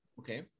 Okay